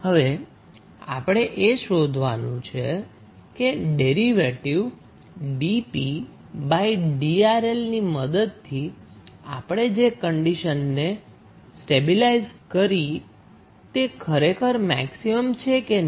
હવે આપણે એ શોધવાનું છે કે ડેરિવેટિવ dpdRL ની મદદથી આપણે જે કન્ડીશનને સ્ટેબિલાઈઝ કરી છે તે ખરેખર મેક્સિમમ છે કે નહી